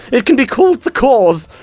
it can be called the cores!